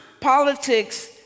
Politics